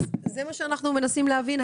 אז זה מה שאנחנו מנסים להבין,